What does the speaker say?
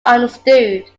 understood